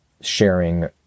sharing